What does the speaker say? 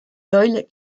doyle